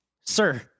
Sir